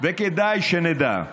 וכדאי שנדע.